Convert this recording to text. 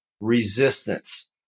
resistance